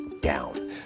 down